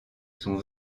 sont